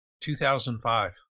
2005